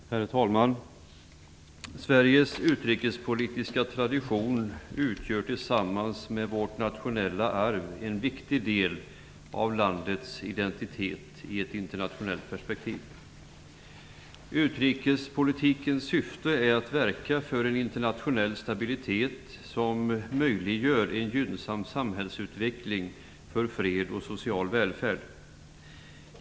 Herr talman! Sveriges utrikespolitiska tradition utgör tillsammans med vårt nationella arv en viktig del av landets identitet i ett internationellt perspektiv. Utrikespolitikens syfte är att verka för en internationell stabilitet som möjliggör en gynnsam samhällsutveckling för fred och social välfärd.